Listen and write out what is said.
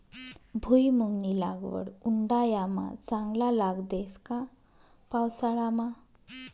भुईमुंगनी लागवड उंडायामा चांगला लाग देस का पावसाळामा